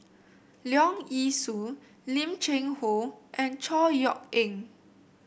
Leong Yee Soo Lim Cheng Hoe and Chor Yeok Eng